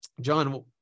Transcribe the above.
John